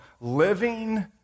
Living